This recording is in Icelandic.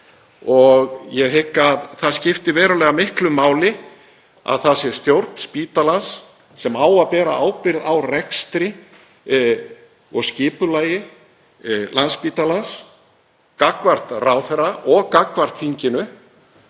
Ég hygg að það skipti verulega miklu máli að það sé stjórn spítalans sem á að bera ábyrgð á rekstri og skipulagi Landspítalans gagnvart ráðherra og gagnvart þinginu,